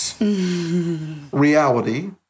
Reality